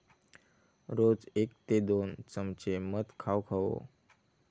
रोज एक ते दोन चमचे मध खाउक हवो